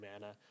mana